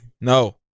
No